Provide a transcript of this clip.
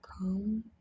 come